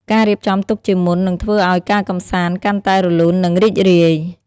ការរៀបចំទុកជាមុននឹងធ្វើឲ្យការកម្សាន្តកាន់តែរលូននិងរីករាយ។